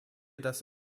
das